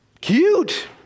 cute